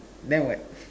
then what